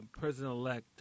President-elect